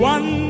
One